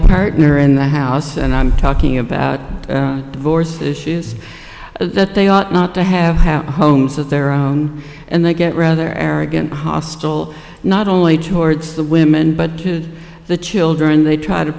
partner in the house and i'm talking about divorce issues that they ought not to have homes of their own and they get rather arrogant hostile not only george the women but the children they try to